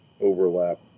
overlap